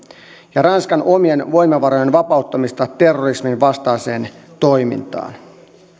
ja ranskan omien voimavarojen vapauttamista terrorisminvastaiseen toimintaan